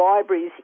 libraries